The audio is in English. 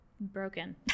broken